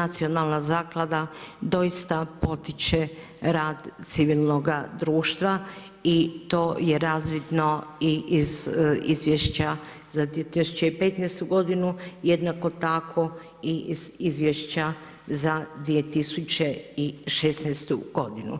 Nacionalna zaklada doista potiče rad civilnoga društva i to je razvidno i iz izvješća za 2015. godinu, jednako tako i izvješća za 2016. godinu.